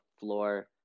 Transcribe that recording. floor